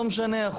לא משנה,